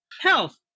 health